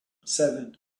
seven